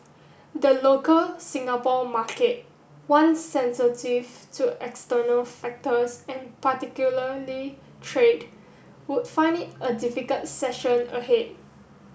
the local Singapore market one sensitive to external factors and particularly trade would find it a difficult session ahead